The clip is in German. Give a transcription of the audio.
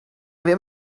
wir